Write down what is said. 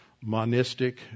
monistic